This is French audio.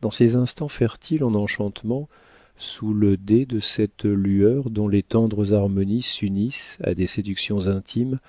dans ces instants fertiles en enchantements sous le dais de cette lueur dont les tendres harmonies s'unissent à des séductions intimes